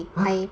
!huh!